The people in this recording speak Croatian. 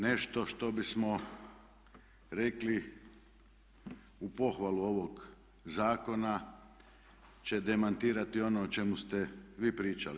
Nešto što bismo rekli u pohvalu ovog zakona će demantirati ono o čemu ste vi pričali.